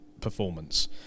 performance